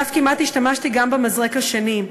ואף כמעט השתמשתי גם במזרק השני.